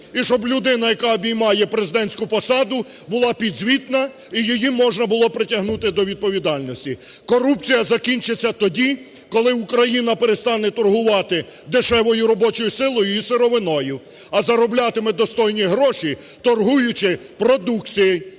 І щоб людина, яка обіймає президентську посаду, була підзвітна і її можна було притягнути до відповідальності. Корупція закінчиться тоді, коли Україна перестане торгувати дешевою робочою силою і сировиною, а зароблятиме достойні гроші, торгуючи продукцією